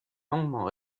longuement